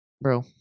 bro